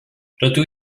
rydw